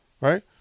right